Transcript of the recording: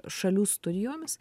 šalių studijomis